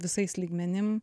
visais lygmenim